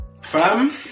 fam